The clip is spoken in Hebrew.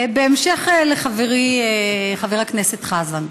בהמשך לחברי חבר הכנסת חזן,